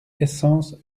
essence